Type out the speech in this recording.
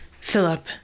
Philip